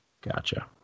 Gotcha